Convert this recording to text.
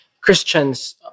Christians